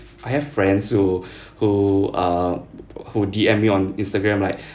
I have friends who who uh who D_M me on Instagram like